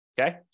okay